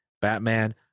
Batman